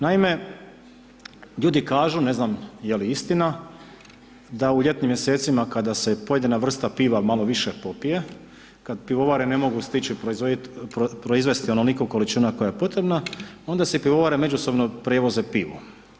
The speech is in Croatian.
Naime, ljudi kažu, ne znam je li istina da u ljetnim mjesecima kad se pojedina vrsta piva malo više popije, kad pivovare ne mogu stići proizvesti onoliko količina koliko je potrebna, onda se pivovare međusobno prevoze pivom.